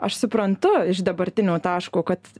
aš suprantu iš dabartinio taško kad